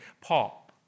Paul